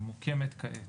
היא מוקמת כעת.